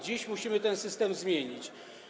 Dziś musimy ten system zmienić.